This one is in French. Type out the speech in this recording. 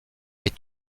est